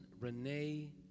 Renee